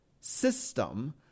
system